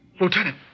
Lieutenant